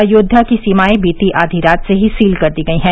अयोध्या की सीमाएं बीती आधी रात से ही सील कर दी गयी हैं